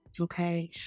Okay